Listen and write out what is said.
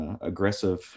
aggressive